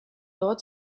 dort